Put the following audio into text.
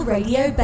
Radio